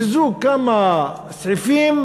מיזוג, מיזוג כמה סעיפים